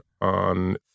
on